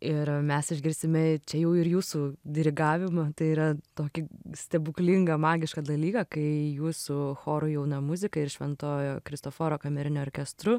ir mes išgirsime čia jau ir jūsų dirigavimą tai yra tokį stebuklingą magišką dalyką kai jūs su choru jauna muzika ir šventojo kristoforo kameriniu orkestru